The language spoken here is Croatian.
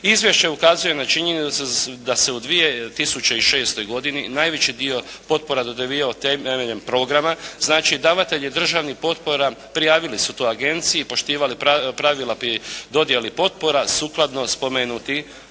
Izvješće ukazuje na činjenicu da se u 2006. godini najveći dio potpora dodjeljivao temeljem programa, znači davatelji državnih potpora prijavili su to agenciji i poštivali pravila pri dodjeli potpora sukladno spomenutim